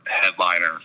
headliner